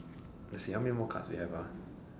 let's see how many more cards we have ah